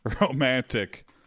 romantic